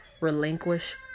Relinquish